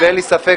ואין לי ספק,